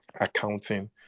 accounting